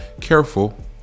Careful